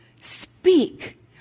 speak